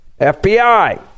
fbi